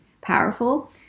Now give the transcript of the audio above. powerful